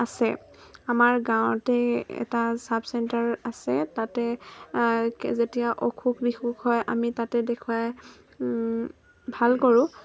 আছে আমাৰ গাঁৱতে এটা চাব চেণ্টাৰ আছে তাতে যেতিয়া অসুখ বিসুখ হয় আমি তাতে দেখুৱাই ভাল কৰোঁ